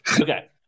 Okay